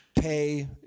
pay